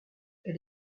elle